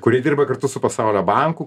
kurie dirba kartu su pasaulio banku